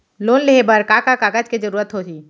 Loan लेहे बर का का कागज के जरूरत होही?